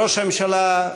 ראש הממשלה,